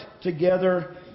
together